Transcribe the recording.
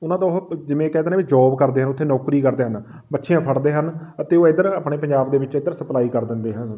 ਉਹਨਾਂ ਤੋਂ ਉਹ ਜਿਵੇਂ ਕਹਿ ਦੇ ਨੇ ਜੋਬ ਕਰਦੇ ਹਨ ਉੱਥੇ ਨੌਕਰੀ ਕਰਦੇ ਹਨ ਮੱਛੀਆਂ ਫੜਦੇ ਹਨ ਅਤੇ ਉਹ ਇੱਧਰ ਆਪਣੇ ਪੰਜਾਬ ਦੇ ਵਿੱਚ ਇੱਧਰ ਸਪਲਾਈ ਕਰ ਦਿੰਦੇ ਹਨ